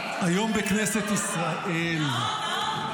פעמיים "נאור",